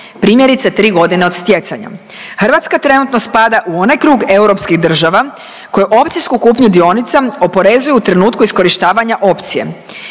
primjerice, 3 godine od stjecanja. Hrvatska trenutno spada u onaj krug europskih država koje opcijsku kupnju dionica oporezuju u trenutku iskorištavanja opcije